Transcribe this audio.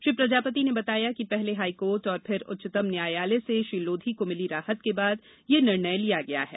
श्री प्रजापति ने बताया कि पहले हाईकोर्ट और फिर उच्चतम न्यायालय से श्री लोधी को मिली राहत के बाद यह निर्णय लिया गया है